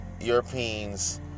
Europeans